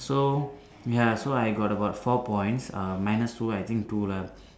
so ya so I got about four points uh minus two I think two lah